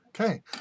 Okay